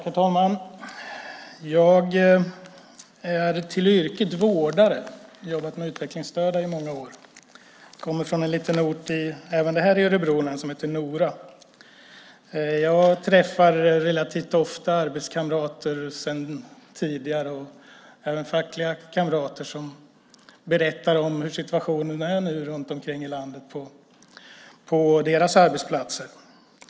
Herr talman! Jag är till yrket vårdare. Jag har jobbat med utvecklingsstörda i många år. Jag kommer från en liten ort, också den i Örebro län, som heter Nora. Jag träffar relativt ofta arbetskamrater sedan tidigare och även fackliga kamrater som berättar om hur situationen är nu runt omkring i landet på deras arbetsplatser.